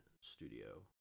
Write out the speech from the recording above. studio